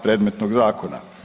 Predmetnog zakona.